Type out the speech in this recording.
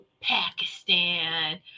Pakistan